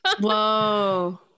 whoa